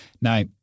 Now